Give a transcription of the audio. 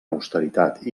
austeritat